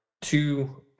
two